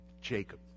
Jacob